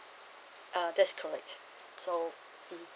uh that's correct so mm